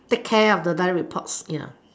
take care of the direct reports ya